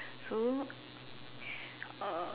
so uh